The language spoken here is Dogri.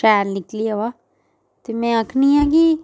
शैल निकली अवा ते मै आखनियां कि